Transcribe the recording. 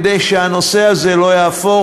כדי שהנושא הזה לא יהפוך,